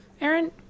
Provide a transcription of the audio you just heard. Aaron